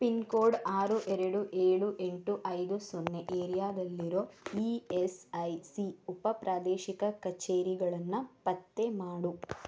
pin code ಆರು ಎರಡು ಏಳು ಎಂಟು ಐದು ಸೊನ್ನೆ ಏರಿಯಾದಲ್ಲಿರೋ ಇ ಎಸ್ ಐ ಸಿ ಉಪ ಪ್ರಾದೇಶಿಕ ಕಚೇರಿಗಳನ್ನು ಪತ್ತೆ ಮಾಡು